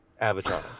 avatar